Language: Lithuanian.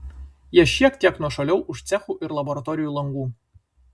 jie šiek tiek nuošaliau už cechų ir laboratorijų langų